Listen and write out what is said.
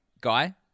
Guy